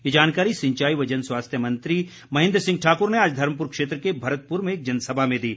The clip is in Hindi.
ये जानकारी सिंचाई व जन स्वास्थ्य मंत्री महेन्द्र सिंह ठाकुर ने आज धर्मपुर क्षेत्र के भरतपुर में एक जनसभा में दी